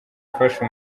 afashe